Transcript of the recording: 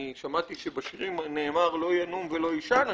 אני שמעתי שבשירים נאמר לא ינום ולא יישן השומר.